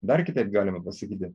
dar kitaip galime pasakyti